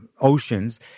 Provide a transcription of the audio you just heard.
oceans